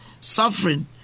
suffering